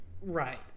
right